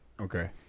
Okay